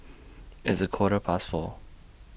its A Quarter Past four